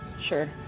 Sure